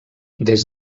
des